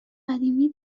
قدیمی